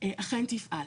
אכן תפעל.